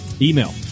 Email